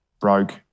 broke